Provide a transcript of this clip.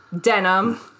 denim